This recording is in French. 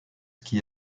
qui